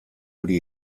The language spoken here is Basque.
hori